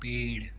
पेड़